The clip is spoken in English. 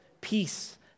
peace